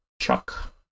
Chuck